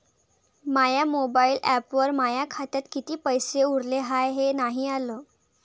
माया mobile ॲपवर माया खात्यात किती पैसे उरले हाय हे नाही आलं